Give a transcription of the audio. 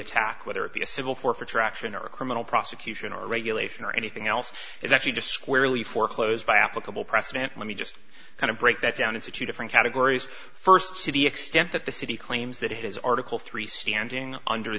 attack whether it be a civil forfeiture action or a criminal prosecution or regulation or anything else is actually just squarely foreclosed by applicable precedent let me just kind of break that down into two different categories first see the extent that the city claims that it is article three standing under